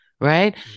right